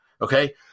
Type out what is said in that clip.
Okay